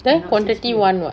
there quantity one [what]